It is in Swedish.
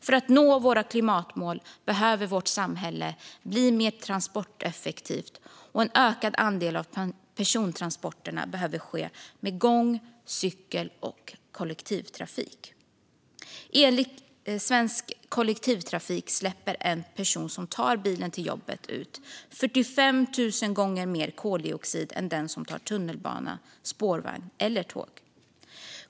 För att nå våra klimatmål behöver vårt samhälle bli mer transporteffektivt, och en ökad andel av persontransporterna behöver ske med gång, cykel och kollektivtrafik. Enligt Svensk Kollektivtrafik släpper en person som tar bilen till jobbet ut 45 000 gånger mer koldioxid än den som tar tunnelbana, spårvagn eller tåg.